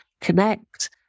connect